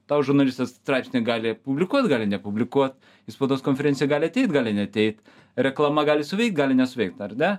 tau žurnalistas straipsnį gali publikuot gali nepublikuot į spaudos konferenciją gali ateit gali neateit reklama gali suveikt gali nesuveikt ar ne